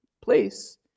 place